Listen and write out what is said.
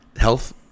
health